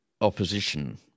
opposition